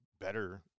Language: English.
better